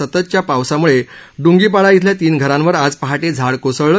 सततच्या पावसामुळे ड्रंगी पाडा इथल्या तीन घरांवर आज पहाटे झाड कोसळलं